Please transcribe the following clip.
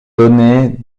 donner